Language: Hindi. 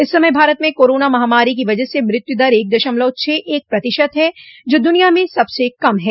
इस समय भारत में कोरोना महामारी की वजह से मृत्यु दर एक दशलमव छह एक प्रतिशत है जो दुनिया में सबसे कम है